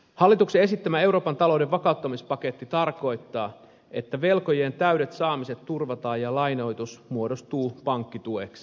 hallituksen esittämä euroopan talouden vakauttamispaketti tarkoittaa että velkojen täydet saamiset turvataan ja lainoitus muodostuu pankkitueksi